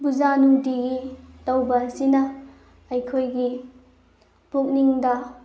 ꯄꯨꯖꯥ ꯅꯨꯡꯇꯤꯒꯤ ꯇꯧꯕ ꯑꯁꯤꯅ ꯑꯩꯈꯣꯏꯒꯤ ꯄꯨꯛꯅꯤꯡꯗ